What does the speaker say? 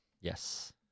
Yes